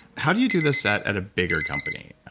how do you do this at at a bigger company?